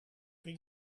kan